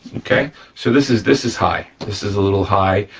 okay. so this is this is high, this is a little high,